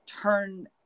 turn